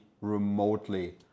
remotely